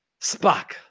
Spock